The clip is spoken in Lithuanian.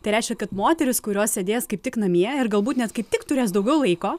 tai reiškia kad moterys kurios sėdės kaip tik namie ir galbūt net kaip tik turės daugiau laiko